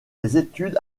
études